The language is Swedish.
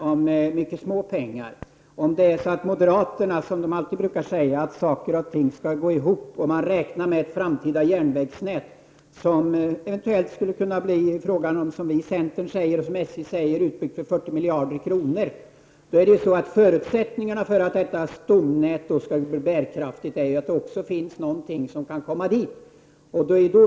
Fru talman! I det stora sammanhanget är det ändå fråga om mycket små pengar. Moderaterna brukar alltid säga att saker och ting skall gå ihop. Man räknar med ett framtida järnvägsnät som eventuellt skulle kunna bli utbyggt för 40 milj.kr., som SJ och vi i centern säger. Förutsättningen för att detta stomnät skall bli bärkraftigt är ju att det också finns folk som kan komma dit.